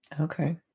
Okay